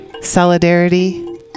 solidarity